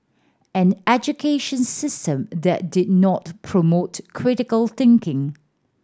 an education system that did not promote critical thinking